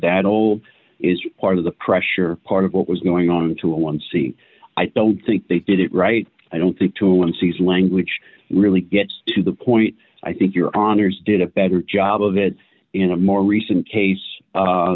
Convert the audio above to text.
that old is part of the pressure part of what was going on to a one c i don't think they did it right i don't think to unseat language really gets to the point i think your honour's did a better job of it in a more recent case